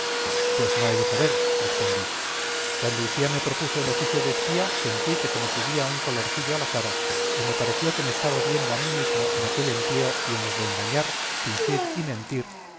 pues no he de saber respondí cuando usía me propuso el oficio de espía sentí que se me subía un calorcillo a la cara y me pareció que me estaba viendo a mí mismo en aquel empleo y en los de engañar fingir y mentir